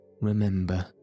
Remember